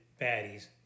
baddies